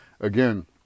again